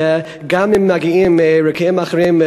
שגם אם מגיעים מרקעים אחרים,